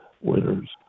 winners